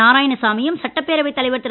நாராயணசாமியும் சட்டப்பேரவைத் தலைவர் திரு